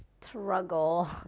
struggle